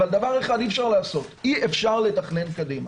אבל דבר אחד אי אפשר לעשות אי אפשר לתכנן קדימה.